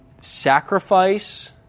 sacrifice